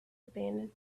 abandon